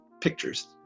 pictures